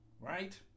Right